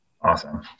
awesome